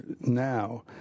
now